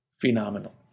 phenomenal